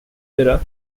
era